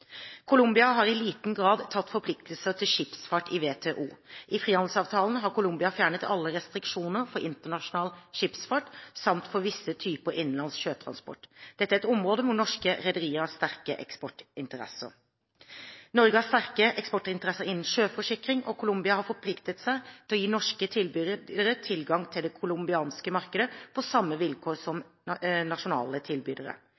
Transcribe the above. Colombia har i liten grad tatt forpliktelser til skipsfart i WTO. I frihandelsavtalen har Colombia fjernet alle restriksjoner for internasjonal skipsfart samt for visse typer innenlands sjøtransport. Dette er et område hvor norske rederier har sterke eksportinteresser. Norge har sterke eksportinteresser innen sjøforsikring, og Colombia har forpliktet seg til å gi norske tilbydere tilgang til det colombianske markedet på samme vilkår som nasjonale tilbydere.